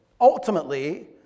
ultimately